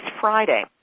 Friday